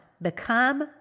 Become